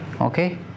Okay